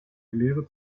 lehre